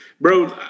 Bro